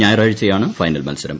ഞായറാഴ്ചയാണ് ഫൈനൽ മത്സരം